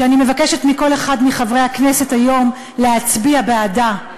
שאני מבקשת מכל אחד מחברי הכנסת להצביע היום בעדה,